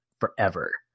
forever